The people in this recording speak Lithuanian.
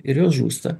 ir jos žūsta